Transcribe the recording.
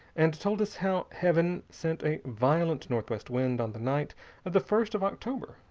and told us how heaven sent a violent northwest wind on the night of the first of october,